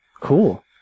Cool